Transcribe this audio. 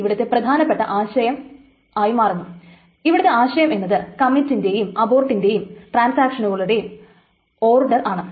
ഇവിടത്തെ പ്രധാനപ്പെട്ട ആശയം എന്നത് കമ്മിറ്റിന്റേയും ബോർഡിന്റേയും ട്രാൻസാക്ഷനുകളുടെ ഓർഡർ ആണ്